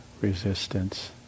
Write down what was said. resistance